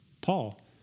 Paul